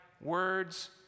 words